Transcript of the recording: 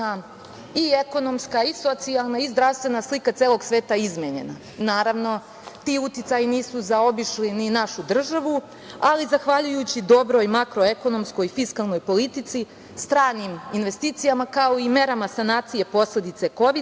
i ekonomska i socijalna i zdravstvena slika celog sveta izmenjena. Naravno, ti uticaji nisu zaobišli ni našu državu, ali zahvaljujući dobroj makro-ekonomskoj fiskalnoj politici stranim investicijama, kao i merama sanacije posledice Kovida